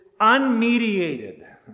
unmediated